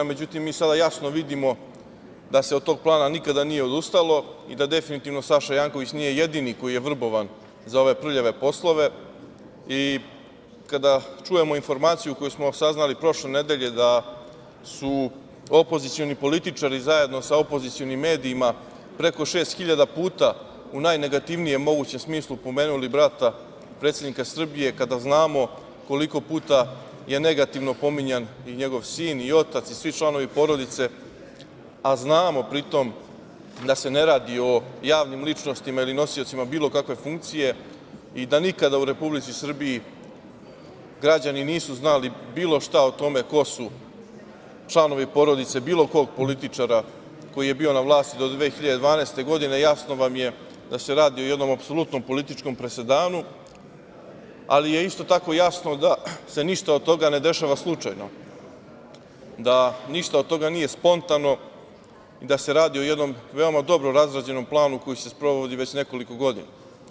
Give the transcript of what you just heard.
Međutim, mi sada jasno vidimo da se od tog plana nikada nije odustalo i da definitivno Saša Janković nije jedini koji je vrbovan za ove prljave poslove i kada čujemo informaciju koju smo saznali prošle nedelje da su opozicioni političari zajedno sa opozicionim medijima preko šest hiljada puta u najnegativnijem mogućem smislu pomenuli brata predsednika Srbije, kada znamo koliko puta je negativno pominjan i njegov sin i otac i svi članovi porodice, a znamo pritom da se ne radi o javnim ličnostima ili nosiocima bilo kakve funkcije i da nikada u Republici Srbiji građani nisu znali bilo šta o tome ko su članovi porodice bilo kog političara koji je bio na vlasti do 2012. godine, jasno vam je da se radi o jednom apsolutnom političkom presedanu, ali je isto tako jasno da se ništa od toga ne dešava slučajno, da ništa od toga nije spontano i da se radi o jednom veoma dobro razrađenom planu koji se sprovodi već nekoliko godina.